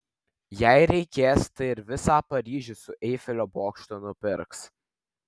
jei reikės tai ir visą paryžių su eifelio bokštu nupirks